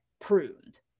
pruned